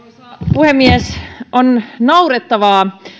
puhemies on naurettavaa